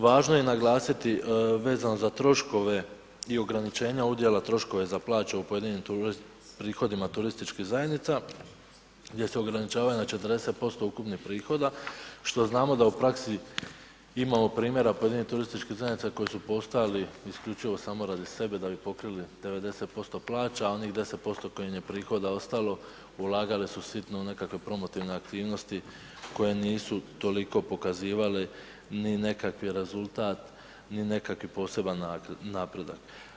Važno je naglasiti vezano za troškove i ograničenja ovog dijela troškove za plaće u pojedinim prihodima turističkih zajednica gdje se ograničavaju na 40% ukupnih prihoda, što znamo da u praksi imamo primjera pojedinih turističkih zajednica koji su postojali isključivo samo radi sebe da bi pokrili 90% plaća, a onih 10% kojih im je prihoda ostalo ulagali su sitno u nekakve promotivne aktivnosti koje nisu toliko pokazivale ni nekakvi rezultat, ni nekakav poseban napredak.